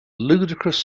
ludicrous